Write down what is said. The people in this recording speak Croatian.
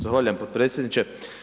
Zahvaljujem potpredsjedniče.